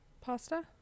pasta